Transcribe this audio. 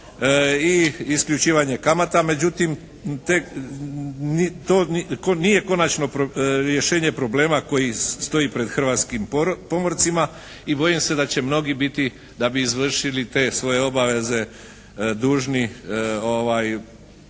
i isključivanje kamata. Međutim, to nije končano rješenje problema koji stoji pred hrvatskim pomorcima i bojim se da će mnogi biti da bi izvršili te svoje obaveze dužni